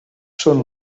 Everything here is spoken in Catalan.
són